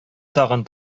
тагын